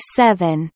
seven